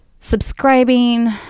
subscribing